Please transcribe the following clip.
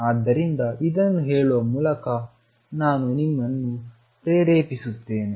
ಆದ್ದರಿಂದ ಇದನ್ನು ಹೇಳುವ ಮೂಲಕ ನಾನು ನಿಮ್ಮನ್ನು ಪ್ರೇರೇಪಿಸುತ್ತೇನೆ